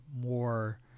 more